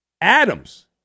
Adams